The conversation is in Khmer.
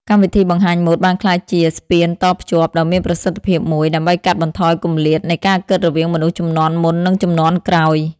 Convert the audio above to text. កម្មវិធីបង្ហាញម៉ូដបានក្លាយជា ស្ពានតភ្ជាប់ ដ៏មានប្រសិទ្ធភាពមួយ ដើម្បីកាត់បន្ថយគម្លាតនៃការគិតរវាងមនុស្សជំនាន់មុន និងជំនាន់ក្រោយ។